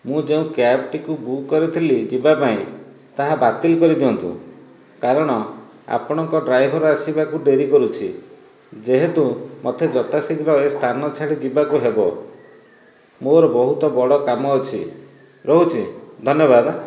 ମୁଁ ଯେଉଁ କ୍ୟାବ୍ଟିକୁ ବୁକ୍ କରିଥିଲି ଯିବା ପାଇଁ ତାହା ବାତିଲ କରି ଦିଅନ୍ତୁ କାରଣ ଆପଣଙ୍କ ଡ୍ରାଇଭର ଆସିବାକୁ ଡେରି କରୁଛି ଯେହେତୁ ମୋତେ ଯଥା ଶୀଘ୍ର ଏହି ସ୍ଥାନ ଛାଡ଼ି ଯିବାକୁ ହେବ ମୋର ବହୁତ ବଡ଼ କାମ ଅଛି ରହୁଛି ଧନ୍ୟବାଦ